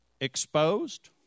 exposed